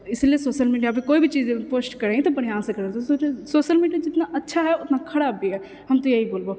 इसलिए social media पर कोइ भी चीज पोस्ट करिहे तऽ बढ़िआँ करब सोशल मीडिया जितना अच्छा है उतना खराब भी है हम तऽ यही बोलबहु